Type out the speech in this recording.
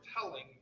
telling